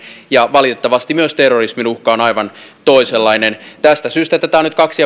ja valitettavasti myös terrorismin uhka on aivan toisenlainen tästä syystä tätä on nyt kaksi